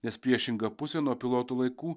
nes priešinga pusė nuo piloto laikų